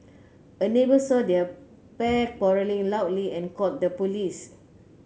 a neighbour saw the pair quarrelling loudly and called the police